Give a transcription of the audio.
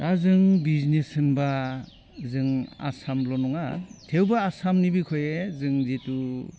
दा जों बिजनेस होनबा जों आसामल' नङा थेवबो आासामनि बिखये जों जिथु